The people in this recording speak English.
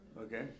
okay